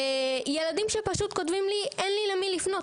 וילדים שפשוט קוראים לי, אין לי למי לפנות.